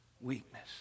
weakness